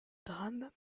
drame